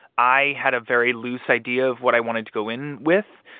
i had a very loose idea of what i wanted to go in with.